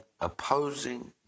opposing